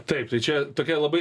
taip tai čia tokia labai